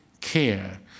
care